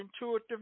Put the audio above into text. intuitive